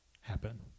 happen